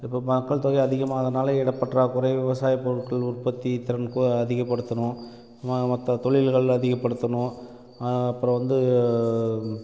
இப்போ மக்கள் தொகை அதிகமானதுனால் இடப்பற்றாக்குறை விவசாயப்பொருட்கள் உற்பத்தி திறன்க்கு அதிகப்படுத்தணும் ம மற்ற தொழில்கள் அதிகப்படுத்தணும் அப்புறம் வந்து